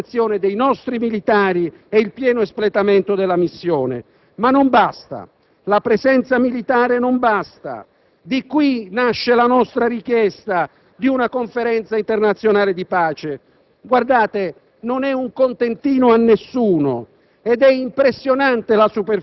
collocazione: un crocevia tra le vecchie e le nuove potenze del mondo globale. Da sempre l'Afghanistan è una delle porte tra Oriente ed Occidente, che riflette la complessità del nascente multipolarismo. Non è un caso